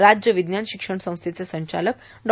तर राज्य विज्ञान शिक्षण संस्थेचे संचालक डॉ